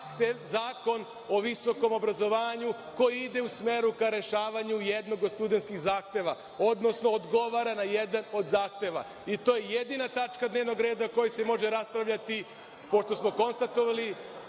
Zakon o visokom obrazovanju koji ide u smeru ka rešavanju jednog od studenskih zahteva, odnosno odgovara na jedan od zahteva i to je jedina tačka dnevnog reda o kojoj se može raspravljati pošto smo konstatovali